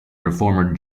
reformer